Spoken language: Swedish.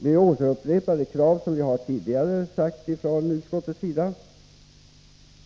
Vi upprepar de krav som vi från utskottets sida tidigare har ställt,